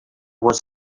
was